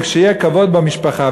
וכשיהיה כבוד במשפחה,